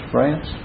France